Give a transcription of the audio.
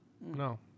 No